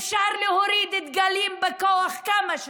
אפשר להוריד דגלים בכוח כמה שתרצו.